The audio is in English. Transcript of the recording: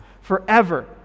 forever